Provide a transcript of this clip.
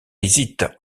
hésite